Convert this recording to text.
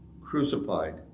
crucified